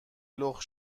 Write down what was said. لخت